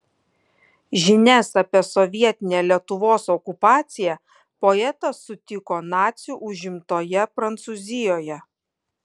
žinias apie sovietinę lietuvos okupaciją poetas sutiko nacių užimtoje prancūzijoje